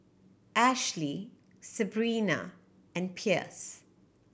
Ashlee Sebrina and Pierce